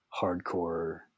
hardcore